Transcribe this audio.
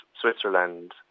Switzerland